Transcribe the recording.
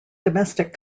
domestic